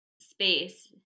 space